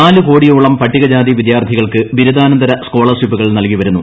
നാല് കോടിയോളം പട്ടികജാതി വിദ്യാർത്ഥികൾക്ക് ബിരുദാനന്തര സ്കോളർഷിപ്പുകൾ നൽകി വരുന്നു